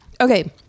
Okay